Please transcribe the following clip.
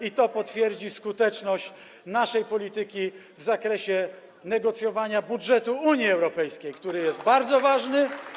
i to potwierdzi skuteczność naszej polityki w zakresie negocjowania budżetu Unii Europejskiej, który jest bardzo ważny.